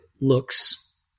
looks